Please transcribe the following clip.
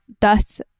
thus